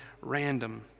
random